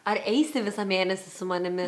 ar eisi visą mėnesį su manimi